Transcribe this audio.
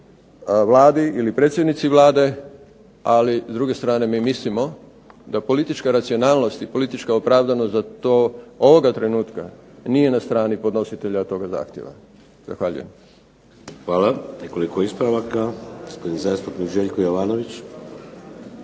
Hvala. Nekoliko ispravaka.